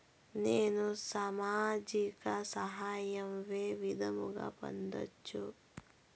నేను సామాజిక సహాయం వే విధంగా పొందొచ్చు?